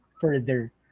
further